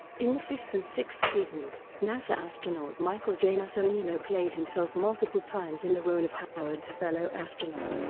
in the fifth and sixth seasons, nasa astronaut michael j. massimino played himself multiple times in the role of howard's fellow astronaut.